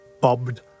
bobbed